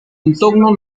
entorno